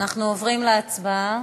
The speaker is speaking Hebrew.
אנחנו עוברים להצבעה.